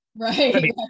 Right